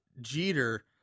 Jeter